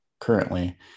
currently